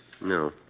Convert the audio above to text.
No